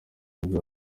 nibwo